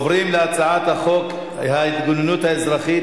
עומדת כיום